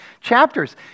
chapters